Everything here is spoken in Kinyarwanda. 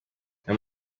aya